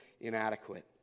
inadequate